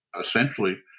essentially